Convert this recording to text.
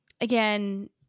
again